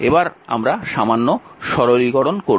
এবার আমরা সামান্য সরলীকরণ করব